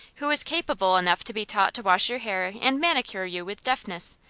who is capable enough to be taught to wash your hair and manicure you with deftness,